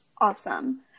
Awesome